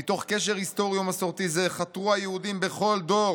"מתוך קשר היסטורי ומסורתי זה חתרו היהודים בכל דור